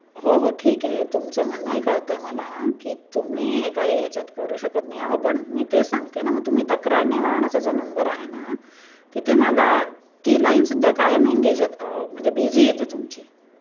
हो हो ठीक आहे तुमचं म्हणणंही कळतं आहे मला की तुम्ही हे काही ह्याच्यात करू शकत नाही पण मी ते सांगते ना मग तुम्ही तक्रार निवारणाचा जो नंबर आहे ना तिथे मला ती लाईनसुद्धा कायम एंगेजच म्हणजे बिझी येते तुमची